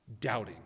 doubting